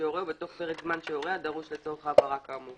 שיורה ובתוך פרק זמן שיורה הדרוש לצורך העברה כאמור.